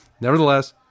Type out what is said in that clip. Nevertheless